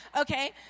okay